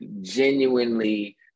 genuinely